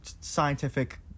scientific